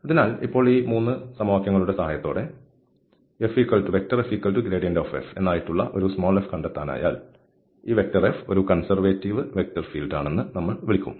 അതിനാൽ ഇപ്പോൾ ഈ 3 സമവാക്യങ്ങളുടെ സഹായത്തോടെ Fgrad f എന്നായിട്ടുള്ള ഒരു ചെറിയ എഫ് കണ്ടെത്താനായാൽ ഈ F ഒരു കൺസെർവേറ്റീവ് വെക്റ്റർ ഫീൽഡ് എന്ന് നമ്മൾ വിളിക്കും